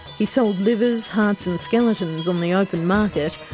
he sold livers, hearts and skeletons on the open market,